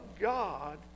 God